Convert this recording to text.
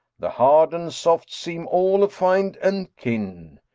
the hard and soft, seem all affin'd and kin.